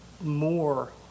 more